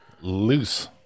loose